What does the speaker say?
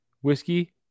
Whiskey